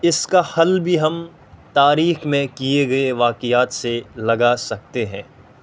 اس کا حل بھی ہم تاریخ میں کیے گئے واقعات سے لگا سکتے ہیں